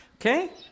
Okay